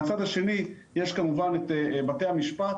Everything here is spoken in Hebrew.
מהצד השני יש כמובן את בתי המשפט